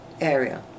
area